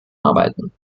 arbeiten